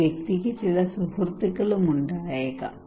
ഈ വ്യക്തിക്ക് ചില സുഹൃത്തുക്കളും ഉണ്ടായിരിക്കാം